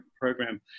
program